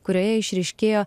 kurioje išryškėjo